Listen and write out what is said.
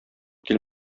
кил